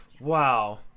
wow